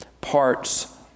parts